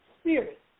spirit